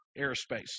airspace